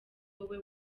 wowe